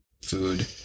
food